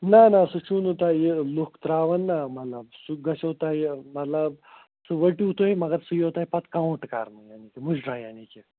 نہَ نہَ سُہ چھُو نہٕ تۄہہِ لُکھ ترٛاوَن نا مطلب سُہ گژھٮ۪و تۄہہِ مطلب سُہ ؤٹِو تُہۍ مگر سُہ یِیَو تۄہہِ پَتہٕ کاوُنٛٹ کَرنہٕ مُجرا یعنی کہِ